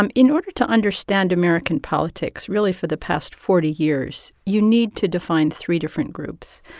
um in order to understand american politics, really, for the past forty years, you need to define three different groups.